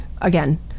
Again